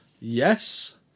yes